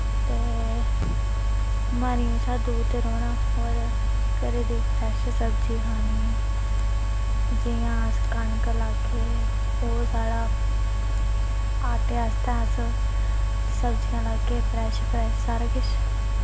ते बमारियें कशा दूर ते रौह्ना होर घरै दी फ्रैश सब्जी खानी जि'यां अस कनक लागे ओह् साढ़ा आटे आस्तै अस सब्जियां लागे फ्रेश फ्रेश सारा किश